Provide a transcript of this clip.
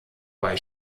bei